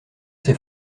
ses